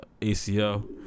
ACL